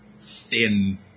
thin